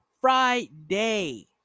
Friday